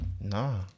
Nah